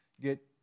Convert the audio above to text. get